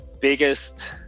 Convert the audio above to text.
biggest